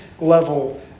level